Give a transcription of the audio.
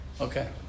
Okay